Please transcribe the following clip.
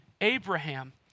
Abraham